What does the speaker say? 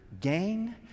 gain